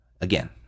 again